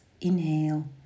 Inhale